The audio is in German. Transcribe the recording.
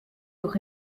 durch